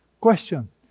Question